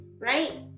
right